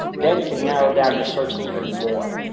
then you can narrow down your search even more.